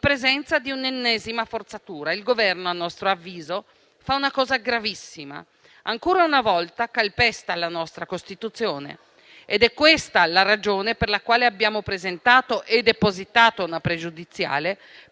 presenza di un'ennesima forzatura. Il Governo, a nostro avviso, fa una cosa gravissima: ancora una volta calpesta la nostra Costituzione ed è questa la ragione per la quale abbiamo presentato e depositato una questione